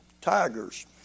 tigers